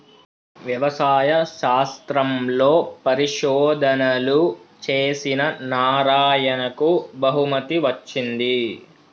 వ్యవసాయ శాస్త్రంలో పరిశోధనలు చేసిన నారాయణకు బహుమతి వచ్చింది